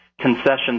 concessions